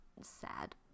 sad